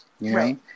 Right